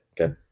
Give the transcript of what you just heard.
Okay